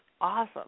awesome